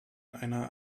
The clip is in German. einer